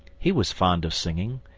he was fond of singing,